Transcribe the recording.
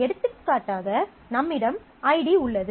எடுத்துக்காட்டாக நம்மிடம் ஐடி உள்ளது